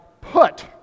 put